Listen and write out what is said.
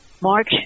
March